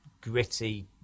gritty